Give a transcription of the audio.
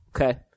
Okay